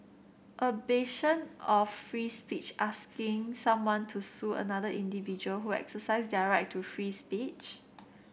a bastion of free speech asking someone to sue another individual who exercised their right to free speech